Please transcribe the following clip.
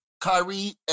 Kyrie